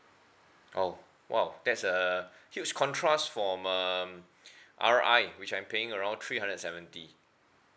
oh !wow! that's a huge contrast from um R_I which I'm paying around three hundred and seventy